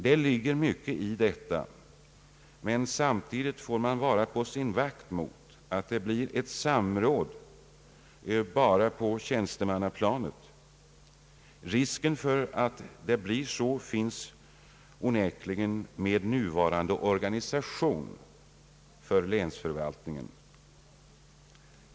Det ligger mycket i detta, men samtidigt får man vara på sin vakt mot att det inte blir ett samråd bara på tjänstemannaplanet. Risken för att det blir så finns onekligen med nuvarande organisation för länsförvaltningen.